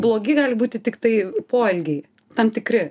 blogi gali būti tiktai poelgiai tam tikri